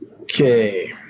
Okay